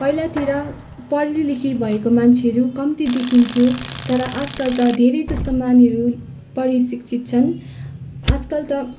पहिलातिर पढी लेखी भएको मान्छेहेरू कम्ती देखिन्थ्यो तर आजकल त धेरै जस्तो नानीहरू पढी शिक्षित छन् आजकल त